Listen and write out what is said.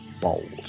bold